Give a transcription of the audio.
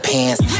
Pants